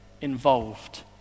involved